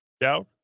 Doubt